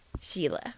Sheila